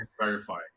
verify